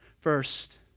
First